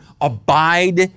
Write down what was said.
Abide